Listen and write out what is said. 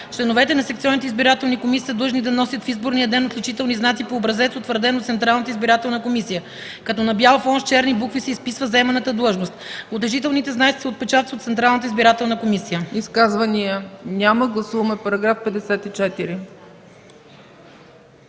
Членовете на секционните избирателни комисии са длъжни да носят в изборния ден отличителни знаци по образец, утвърден от Централната избирателна комисия, като на бял фон с черни букви се изписва заеманата длъжност. Отличителните знаци се отпечатват от Централната избирателна комисия.“ ПРЕДСЕДАТЕЛ ЦЕЦКА ЦАЧЕВА: Изказвания?